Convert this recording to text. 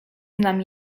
znam